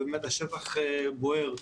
אכן השטח בוער.